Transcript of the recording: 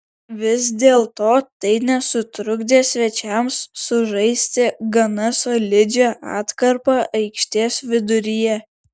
vis dėlto tai nesutrukdė svečiams sužaisti gana solidžią atkarpą aikštės viduryje